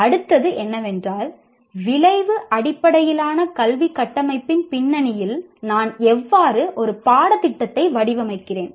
அடுத்தது என்னவென்றால் விளைவு அடிப்படையிலான கல்வி கட்டமைப்பின் பின்னணியில் நான் எவ்வாறு ஒரு பாடத்திட்டத்தை வடிவமைக்கிறேன்